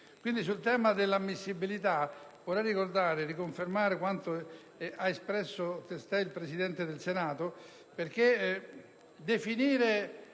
Sul tema dell'ammissibilità vorrei associarmi a quanto ha testé espresso il Presidente del Senato, perché definire